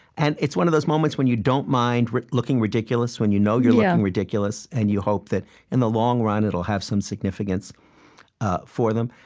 and it's one of those moments when you don't mind looking ridiculous, when you know you're looking ridiculous, and you hope that in the long run, it'll have some significance for them.